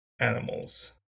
animals